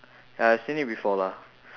ya I seen it before lah